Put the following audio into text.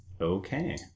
Okay